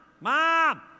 Mom